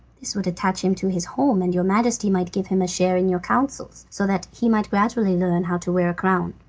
this would attach him to his home, and your majesty might give him a share in your counsels, so that he might gradually learn how to wear a crown,